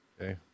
Okay